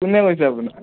কোনে কৈছে আপোনাক